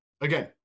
Again